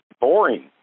boring